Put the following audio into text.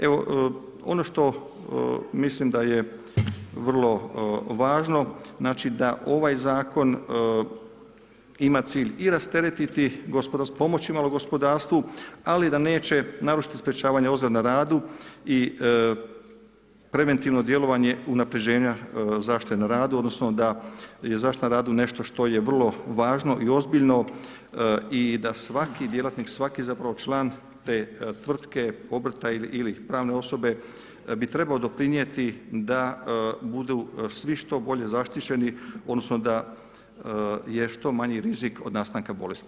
Evo ono što mislim da je vrlo važno znači da da ovaj zakon ima cilj i rasteretiti tj. pomoći malo gospodarstvu, ali da neće narušiti sprječavanja ozljeda na radu i preventivno djelovanje unapređenja zaštite na radu odnosno da je zaštita na radu nešto što je vrlo važno i ozbiljno i da svaki djelatnik, svaki zapravo član te tvrtke, obrta ili pravne osobe bi trebao doprinijeti da budu svi što bolje zaštićeni odnosno da je što manji rizik od nastanka bolesti.